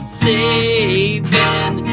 saving